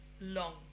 long